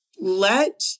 let